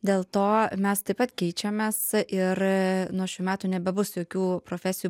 dėl to mes taip pat keičiamės ir nuo šių metų nebebus jokių profesijų